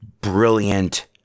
brilliant